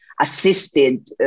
assisted